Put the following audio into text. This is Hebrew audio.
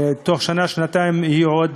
ובתוך שנה-שנתיים יהיו עוד